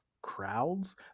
crowds